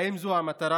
האם זו המטרה?